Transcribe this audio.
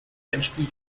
endspiel